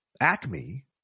Acme